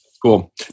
Cool